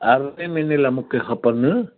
अरिड़हें महीने लाइ मूंखे खपनि